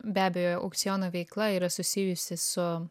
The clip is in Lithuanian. be abejo aukciono veikla yra susijusi su